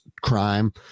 crime